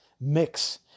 mix